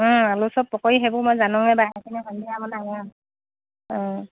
আলু চপ পকৰি সেইবোৰ মই জানোৱে বাৰু সেইখিনি অঁ